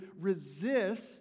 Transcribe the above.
resist